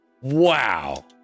Wow